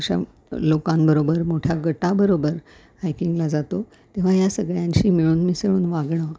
अशा लोकांबरोबर मोठ्या गटाबरोबर हायकिंगला जातो तेव्हा या सगळ्यांशी मिळून मिसळून वागणं